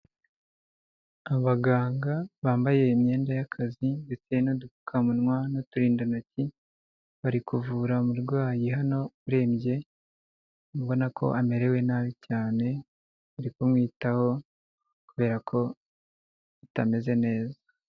Abaganga bambaye imyenda y'akazi ndetse n'udupfukamuwa n'uturindantoki, bari kuvura umurwayi hano urembye, ubona ko amerewe nabi cyane, bari kumwitaho kubera ko atameze neza.